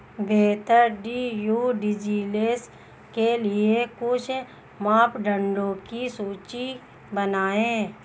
बेहतर due diligence के लिए कुछ मापदंडों की सूची बनाएं?